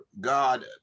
God